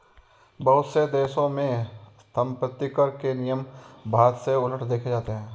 बहुत से देशों में सम्पत्तिकर के नियम भारत से उलट देखे जाते हैं